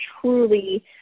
truly